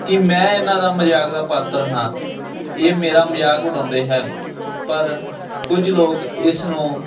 ਕਿ ਮੈਂ ਇਹਨਾਂ ਦਾ ਮਜ਼ਾਕ ਦਾ ਪਾਤਰ ਹਾਂ ਇਹ ਮੇਰਾ ਮਜ਼ਾਕ ਉਡਾਉਂਦੇ ਹਨ ਪਰ ਕੁਝ ਲੋਕ ਇਸ ਨੂੰ